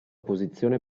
posizione